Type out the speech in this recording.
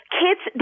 kids